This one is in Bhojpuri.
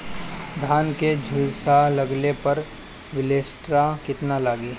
धान के झुलसा लगले पर विलेस्टरा कितना लागी?